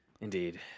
Indeed